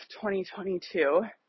2022